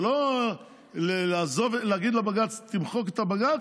ולא להגיד לבג"ץ: תמחק את הבג"ץ,